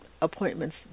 appointments